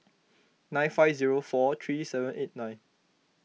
nine five zero four three seven eight nine